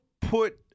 put